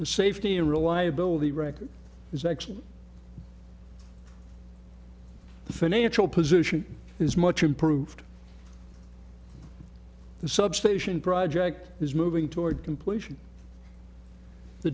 the safety and reliability record is excellent the financial position is much improved the substation project is moving toward completion the